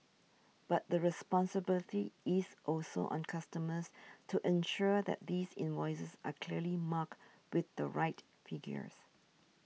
but the responsibility is also on customers to ensure that these invoices are clearly marked with the right figures